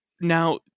now